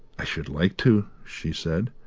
i should like to, she said.